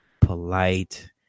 polite